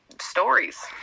stories